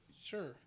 Sure